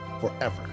forever